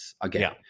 again